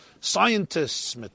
Scientists